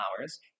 hours